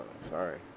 sorry